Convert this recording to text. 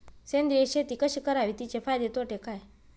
सेंद्रिय शेती कशी करावी? तिचे फायदे तोटे काय?